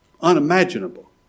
Unimaginable